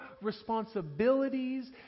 responsibilities